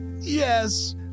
yes